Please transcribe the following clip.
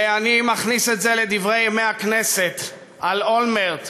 ואני מכניס את זה ל"דברי הכנסת" על אולמרט: